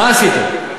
מה עשיתם?